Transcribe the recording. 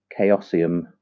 Chaosium